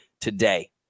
today